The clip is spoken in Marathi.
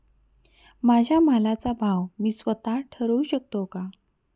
माझ्या मालाचा भाव मी स्वत: ठरवू शकते का?